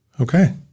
okay